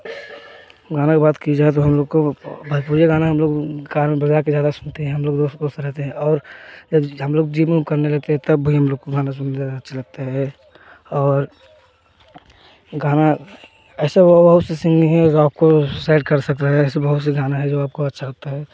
गाना की बात की जाए तो हम लोग को भजपूरिया गाना हम लोग कार में बजाकर ज़्यादा सुनते हैं हम लोग दोस्त दोस्त रहते हैं और हम लोग जिम करने जाते हैं तब भी हम लोग को गाना सुनना ज़्यादा अच्छा लगता है और गाना ऐसा सिंगिंग है आपको साइड कर सकता है ऐसे बहुत सी गाना है जो आपको अच्छा लगता है